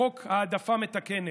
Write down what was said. בחוק העדפה מתקנת,